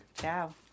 Ciao